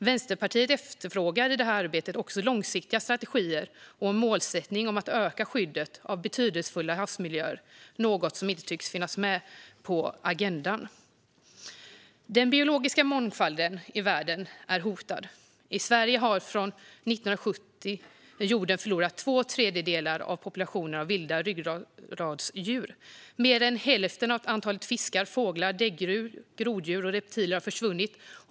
Vänsterpartiet efterfrågar i detta arbete också långsiktiga strategier och en målsättning om att öka skyddet av betydelsefulla havsmiljöer, något som inte tycks finnas med på agendan. Den biologiska mångfalden i världen är hotad. Från 1970 har jorden förlorat två tredjedelar av populationen av vilda ryggradsdjur. Mer än hälften av antalet fiskar, fåglar, däggdjur, groddjur och reptiler har försvunnit.